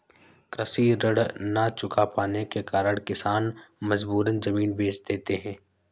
कृषि ऋण न चुका पाने के कारण किसान मजबूरन जमीन बेच देते हैं